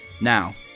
Now